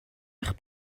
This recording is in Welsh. eich